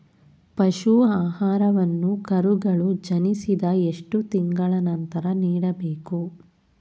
ಪಶು ಆಹಾರವನ್ನು ಕರುಗಳು ಜನಿಸಿದ ಎಷ್ಟು ತಿಂಗಳ ನಂತರ ನೀಡಬೇಕು?